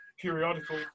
periodical